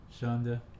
Shonda